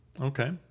Okay